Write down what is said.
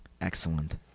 Excellent